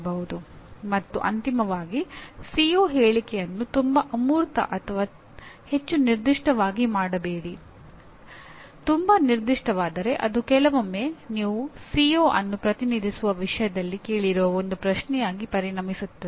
ಯಾವ ಜ್ಞಾನ ಕೌಶಲ್ಯ ಮತ್ತು ಮೌಲ್ಯಗಳನ್ನು ಇಡಬೇಕೆನ್ನುವ ನಿರ್ಧಾರ ಆ ನಿರ್ದಿಷ್ಟ ತತ್ವಶಾಸ್ತ್ರದ ಶಾಲೆಯದ್ಧು ಮತ್ತು ಇದು ಆ ಕಾರ್ಯಕ್ರಮದ ಮೇಲ್ವಿಚಾರಣೆಯನ್ನು ಹೊಂದಿರುವ ಮಾನ್ಯತಾ ಏಜೆನ್ಸಿಯಿಂದ ಸೀಮಿತವಾಗಿದೆ